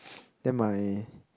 then my